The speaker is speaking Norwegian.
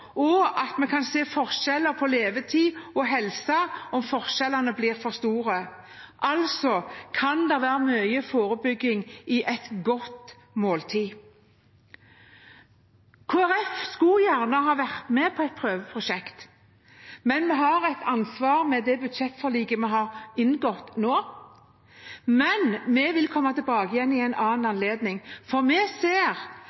og at man kan se forskjeller på levetid og helse om forskjellene blir for store. Altså kan det være mye forebygging i et godt måltid. Kristelig Folkeparti skulle gjerne vært med på et prøveprosjekt, men vi har et ansvar for det budsjettforliket vi har inngått, og vil derfor komme tilbake til det ved en annen